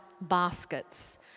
baskets